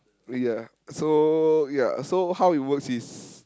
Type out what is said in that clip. eh ya so ya so how it works is